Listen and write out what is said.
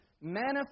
manifest